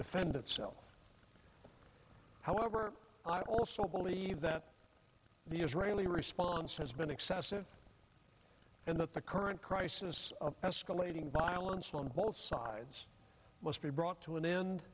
defend itself however i also believe that the israeli response has been excessive and that the current crisis of escalating violence on both sides must be brought to an end